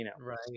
Right